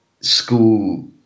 school